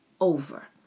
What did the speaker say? over